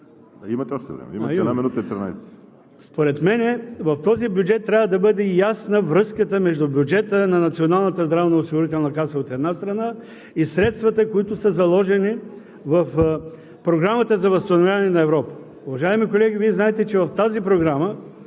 Уважаеми колеги, според мен в този бюджет трябва да бъде ясна връзката между бюджета на Националната здравноосигурителна каса, от една страна, и средствата, които са заложени в Програмата за възстановяване на Европа. Уважаеми колеги, Вие знаете, че в тази програма